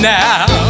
now